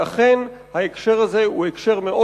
כי אכן זה ההקשר בנושא.